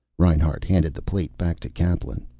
reinhart handed the plate back to kaplan.